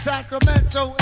Sacramento